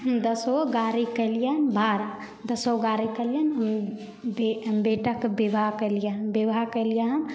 दसगो गाड़ी केलियैनि भाड़ा दसगो गाड़ी केलियैन बेटाके विवाह केलियैनि विवाह केलियै हम